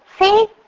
See